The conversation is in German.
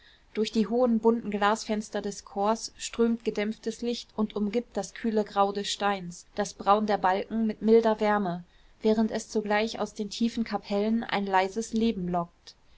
durch die hohen bunten glasfenster des chors strömt gedämpftes licht und umgibt das kühle grau des steins das braun der balken mit milder wärme während es zugleich aus den tiefen kapellen ein leises leben lockt